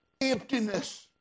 emptiness